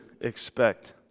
expect